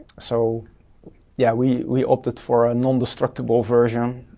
so yeah, we we opted for a nondestructable version